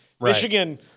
Michigan